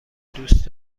دوست